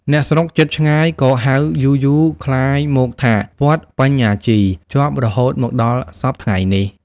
អ្នកស្រុកជិតឆ្ងាយក៏ហៅយារៗក្លាយមកថា "វត្តបញ្ញាជី" ជាប់រហូតមកដល់សព្វថ្ងៃនេះ។